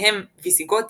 בהם ויזיגותים,